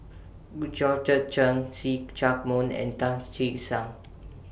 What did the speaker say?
Chen See Chak Mun and Tan Che Sang